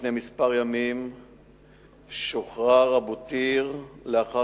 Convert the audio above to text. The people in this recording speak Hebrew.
לפני כמה ימים שוחרר אבו טיר לאחר